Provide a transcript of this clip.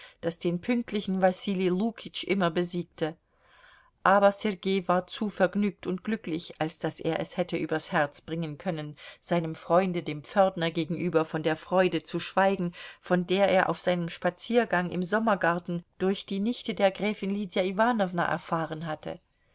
das den pünktlichen wasili lukitsch immer besiegte aber sergei war zu vergnügt und glücklich als daß er es hätte übers herz bringen können seinem freunde dem pförtner gegenüber von der freude zu schweigen von der er auf seinem spaziergang im sommergarten durch die nichte der gräfin lydia iwanowna erfahren hatte